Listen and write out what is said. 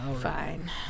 Fine